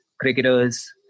cricketers